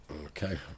Okay